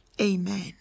amen